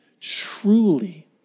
truly